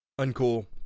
Uncool